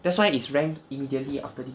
that's why it's ranked immediately after this